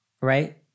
right